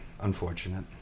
unfortunate